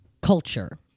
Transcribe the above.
culture